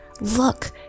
look